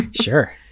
sure